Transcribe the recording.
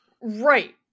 Right